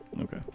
Okay